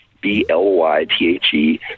B-L-Y-T-H-E